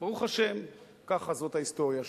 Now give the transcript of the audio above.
ברוך השם, ככה זאת ההיסטוריה שלנו.